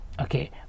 Okay